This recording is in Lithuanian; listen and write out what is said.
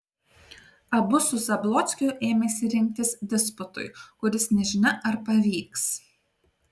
abu su zablockiu ėmėsi rengtis disputui kuris nežinia ar pavyks